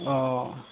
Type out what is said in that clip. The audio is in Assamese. অঁ